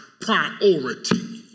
priority